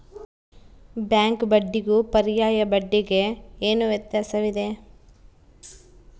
Bank ಬಡ್ಡಿಗೂ ಪರ್ಯಾಯ ಬಡ್ಡಿಗೆ ಏನು ವ್ಯತ್ಯಾಸವಿದೆ?